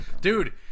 Dude